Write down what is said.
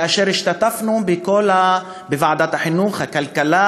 כאשר השתתפנו בישיבות בכל הוועדות,